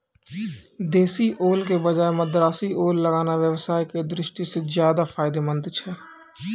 देशी ओल के बजाय मद्रासी ओल लगाना व्यवसाय के दृष्टि सॅ ज्चादा फायदेमंद छै